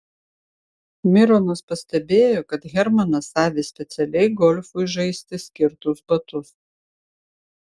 mironas pastebėjo kad hermanas avi specialiai golfui žaisti skirtus batus